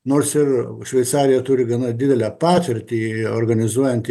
nors ir šveicarija turi gana didelę patirtį organizuojant